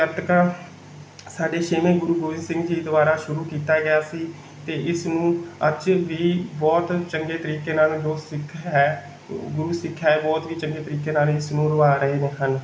ਗੱਤਕਾ ਸਾਡੇ ਛੇਵੇਂ ਗੁਰੂ ਗੋਬਿੰਦ ਸਿੰਘ ਜੀ ਦੁਆਰਾ ਸ਼ੁਰੂ ਕੀਤਾ ਗਿਆ ਸੀ ਅਤੇ ਇਸ ਨੂੰ ਅੱਜ ਵੀ ਬਹੁਤ ਚੰਗੇ ਤਰੀਕੇ ਨਾਲ ਜੋ ਸਿੱਖ ਹੈ ਗੁਰੂ ਸਿੱਖ ਹੈ ਬਹੁਤ ਵੀ ਚੰਗੇ ਤਰੀਕੇ ਨਾਲ ਇਸ ਨੂੰ ਨਿਭਾ ਰਹੇ ਨੇ ਹਨ